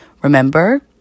Remember